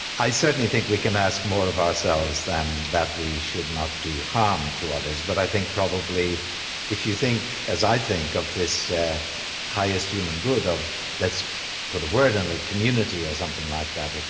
i certainly think we can ask more of ourselves than that we should not do harm to others, but i think probably if you think as i think, of this highest human good, of let's put a word on it, community, or something like that.